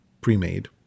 pre-made